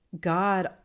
God